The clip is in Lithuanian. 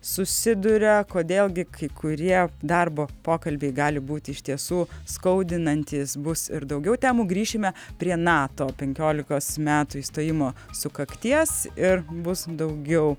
susiduria kodėl gi kai kurie darbo pokalbiai gali būti iš tiesų skaudinantys bus ir daugiau temų grįšime prie nato penkiolikos metų įstojimo sukakties ir bus daugiau